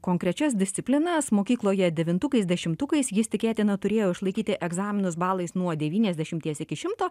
konkrečias disciplinas mokykloje devintukais dešimtukais jis tikėtina turėjo išlaikyti egzaminus balais nuo devyniasdešimties iki šimto